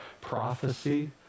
prophecy